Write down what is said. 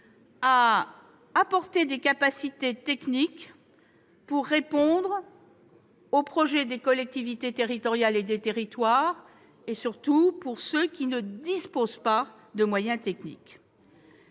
à apporter des capacités techniques pour répondre aux projets des collectivités territoriales et des territoires, surtout de ceux qui ne disposent pas de moyens techniques.